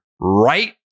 right